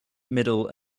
middle